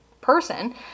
person